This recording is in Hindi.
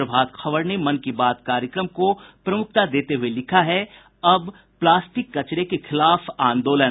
प्रभात खबर ने मन की बात कार्यक्रम को प्रमुखता देते हुये लिखा है अब प्लास्टिक कचरे के खिलाफ आंदोलन